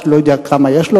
אני לא יודע כמה יש לו,